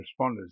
responders